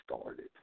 started